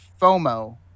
FOMO